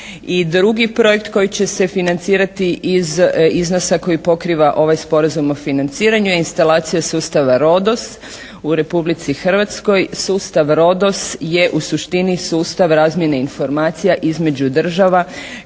drugi projekt koji će se financirati iz iznosa koji pokriva ovaj Sporazum o financiranju je instalacija sustava RODOS u Republici Hrvatskoj. Sustav RODOS je u suštini sustav razmjene informacija između država